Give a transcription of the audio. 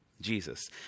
Jesus